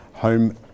home